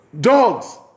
dogs